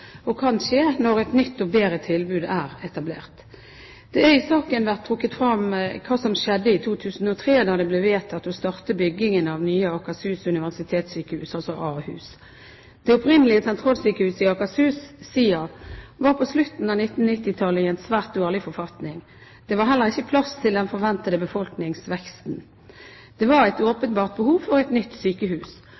og kan skje, når et nytt og bedre tilbud er etablert. I saken har det vært trukket frem hva som skjedde i 2003, da det ble vedtatt å starte byggingen av nye Akershus universitetssykehus, Ahus. Det opprinnelige sentralsykehuset i Akershus, SiA, var på slutten av 1990-tallet i en svært dårlig forfatning. Det var heller ikke plass til den forventede befolkningsveksten. Det var et